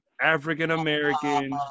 African-American